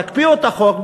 תקפיאו את החוק,